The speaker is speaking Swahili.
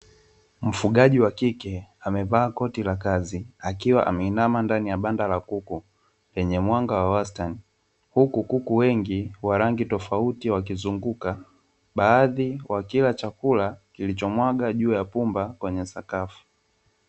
Mfugaji wa kike amevaa koti la kazi akiwa ameinama ndani ya banda la kuku lenye mwanga wa wastani, huku kuku wengi wa rangi tofauti wakizunguka, baadhi wakila chakula kilichomwagwa juu ya pumba kwenye sakafu.